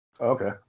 Okay